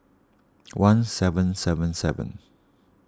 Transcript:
one seven seven seven